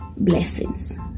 Blessings